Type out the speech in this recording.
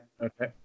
okay